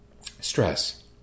stress